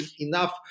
enough